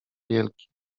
wielki